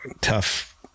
tough